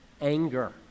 anger